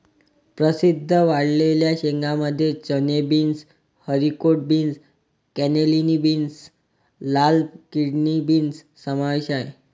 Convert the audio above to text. प्रसिद्ध वाळलेल्या शेंगांमध्ये चणे, beans, haricot beans, cannellini beans, लाल किडनी बीन्स समावेश आहे